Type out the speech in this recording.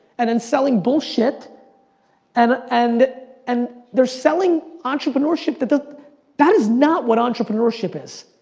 and then selling bullshit and and and they're selling entrepreneurship that that is not what entrepreneurship is.